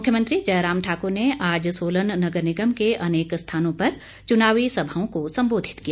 मुख्यमंत्री जयराम ठाकर ने आज सोलन नगर निगम के अनेक स्थानों पर चुनावी सभाओं को संबोधित किया